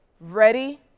Ready